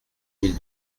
mille